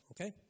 okay